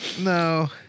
No